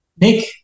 Nick